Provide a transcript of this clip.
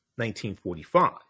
1945